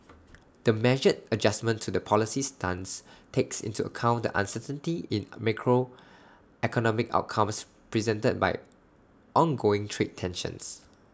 the measured adjustment to the policy stance takes into account the uncertainty in A macroeconomic outcomes presented by ongoing trade tensions